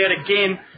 again